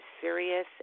serious